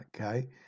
okay